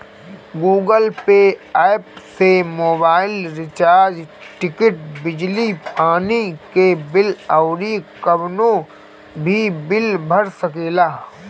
Google Pay app से mobile recharge, ticket, बिजली पानी के बिल अउरी कवनो भी बिल भर सकेला